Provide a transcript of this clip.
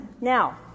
Now